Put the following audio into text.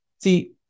see